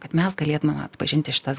kad mes galėtume atpažinti šitas